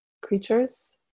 creatures